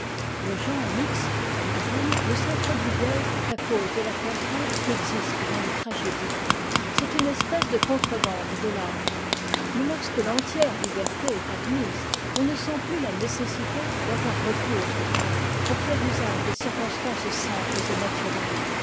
le genre mixte du drame ne s'introduit guère qu'à cause de la contrainte qui existe dans les tragédies c'est une espèce de contrebande de l'art mais lorsque l'entière liberté est admise on ne sent plus la nécessité d'avoir recours aux drames pour faire usage des circonstances simples et naturelles